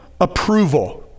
approval